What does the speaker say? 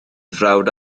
frawd